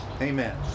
Amen